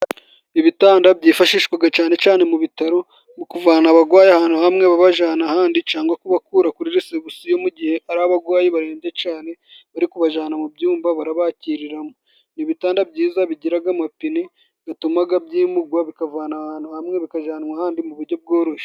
Ibitanda byifashishwaga cane cane mu bitaro, mu kuvana abagwayi ahantu hamwe babajana ahandi, cangwa kubakura kuri resebusiyo mu gihe ari abagwayi barembye cane, bari kubajana mu byumba barabakiriramo. N'ibitanda byiza bigiraga amapine, gatumaga byimugwa, bikavanwa ahantu hamwe bikajanwa ahandi mu buryo bworoshe.